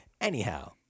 anyhow